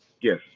Yes